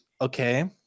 okay